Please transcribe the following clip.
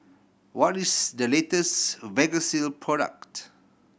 what is the latest Vagisil product